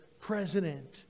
president